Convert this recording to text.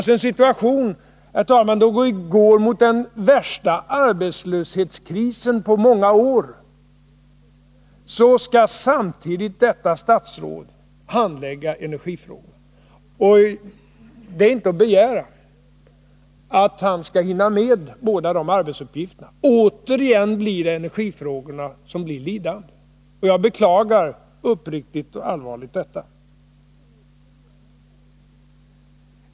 I en situation då vi, herr talman, går mot den värsta arbetslöshetskrisen på många år skall alltså det ansvariga statsrådet samtidigt handlägga energifrågorna. Det är inte att begära att han skall hinna med båda de arbetsuppgifterna. Återigen blir energifrågorna lidande. Och jag beklagar uppriktigt och allvarligt detta.